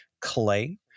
clay